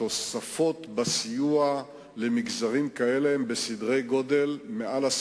סדרי הגודל של התוספות בסיוע למגזרים כאלה הם